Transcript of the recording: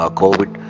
covid